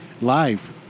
live